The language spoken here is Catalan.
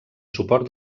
suport